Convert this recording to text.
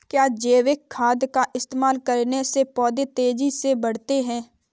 क्या जैविक खाद का इस्तेमाल करने से पौधे तेजी से बढ़ते हैं?